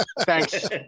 thanks